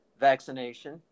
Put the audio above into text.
vaccination